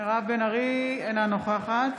אינה נוכחת